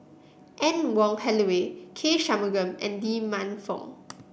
Anne Wong Holloway K Shanmugam and Lee Man Fong